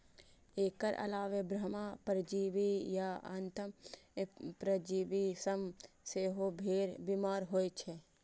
एकर अलावे बाह्य परजीवी आ अंतः परजीवी सं सेहो भेड़ बीमार होइ छै